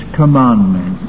commandment